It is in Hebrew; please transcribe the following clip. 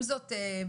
עם זאת,